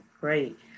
Great